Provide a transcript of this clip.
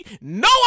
No